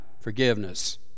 forgiveness